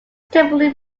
typically